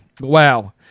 Wow